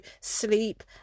sleep